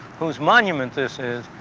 whose monument this is,